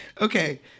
Okay